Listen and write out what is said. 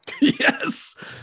Yes